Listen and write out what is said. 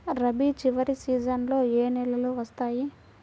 రబీ చివరి సీజన్లో ఏ నెలలు వస్తాయి?